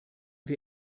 wir